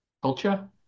culture